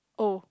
oh